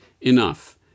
enough